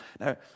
Now